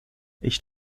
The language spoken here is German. ich